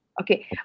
Okay